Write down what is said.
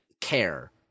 care